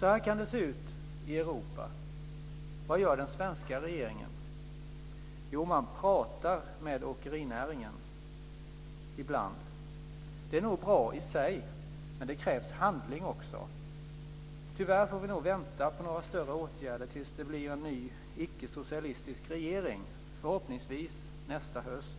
Så här kan det se ut i Europa. Vad gör den svenska regeringen? Jo, man pratar med åkerinäringen ibland. Det är nog bra i sig, men det krävs handling också. Tyvärr får vi nog vänta på några större åtgärder tills det blir en ny, icke-socialistisk, regering, förhoppningsvis nästa höst.